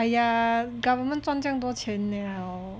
!aiya! government 赚这样多钱 liao